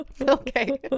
Okay